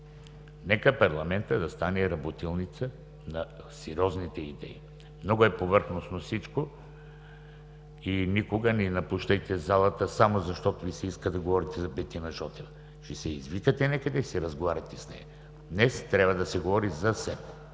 нека парламентът да стане работилница на сериозните идеи. Много е повърхностно всичко. Никога не напускайте залата само защото Ви се иска да говорите за Бетина Жотева. Ще я извикате някъде и ще си разговаряте с нея. Днес трябва да се говори за СЕМ.